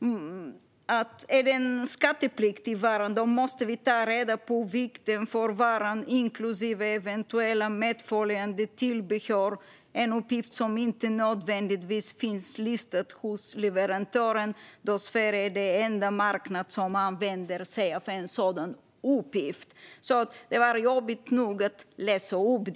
en företagare: Är varan "skattepliktig måste vi ta reda på vikten för varan inklusive eventuella medföljande tillbehör - en uppgift som inte nödvändigtvis finns listad hos leverantören då Sverige är den enda marknad som använder en sådan uppgift". Det var jobbigt nog att läsa upp.